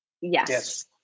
Yes